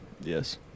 Yes